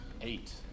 Eight